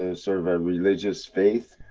ah sort of a religious faith?